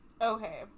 Okay